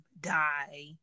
die